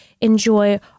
enjoy